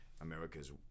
America's